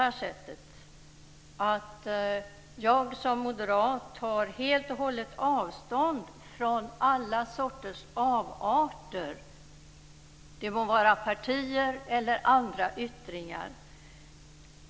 Jag tar som moderat helt och hållet avstånd från alla sorters avarter. De må vara från partier eller andra yttringar.